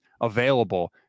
available